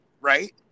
right